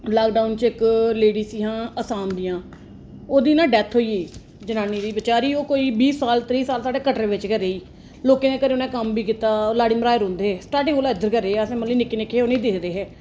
lockdown च इक ladies हियां असाम दियां ओह्दी ना डैथ होई गेई जनानी ही बेचारी ओह् कोई बीह् साल त्रीह् साल साढ़े कटरे बिच्च गै रेही लोकें दे घरें उ'न्नै कम्म बी कीता लाड़ी मह्राज रौंह्दे हे स्टाटिंग कोला इद्धर गै रेह् असें मतलब कि निक्के निक्के उ'नेंगी दिखदे हे